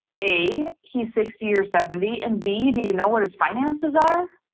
a, he's sixty or seventy and b, do you know what his finances are?